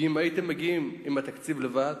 כי אם הייתם מגיעים עם התקציב לבד,